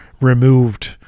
removed